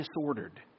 disordered